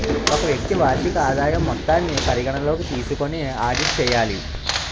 ఒక వ్యక్తి వార్షిక ఆదాయం మొత్తాన్ని పరిగణలోకి తీసుకొని ఆడిట్ చేయాలి